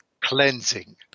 cleansing